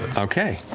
okay,